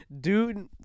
Dude